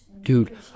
Dude